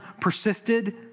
persisted